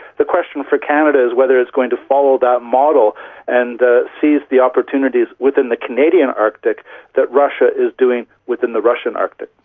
the question for canada is whether it's going to follow that model and seize the opportunities within the canadian arctic that russia is doing within the russian arctic.